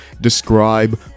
describe